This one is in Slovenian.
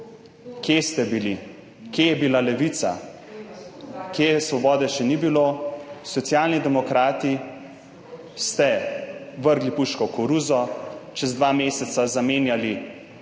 Kje ste bili? Kje je bila Levica? Svobode še ni bilo. Socialni demokrati ste vrgli puško v koruzo, čez dva meseca zamenjali